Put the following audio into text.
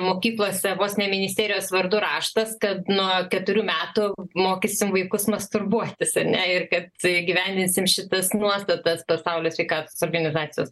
mokyklose vos ne ministerijos vardu raštas kad nuo keturių metų mokysim vaikus masturbuotis ane ir kad įgyvendinsim šitas nuostatas pasaulio sveikatos organizacijos